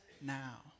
now